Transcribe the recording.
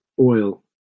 oil